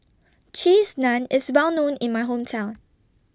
Cheese Naan IS Well known in My Hometown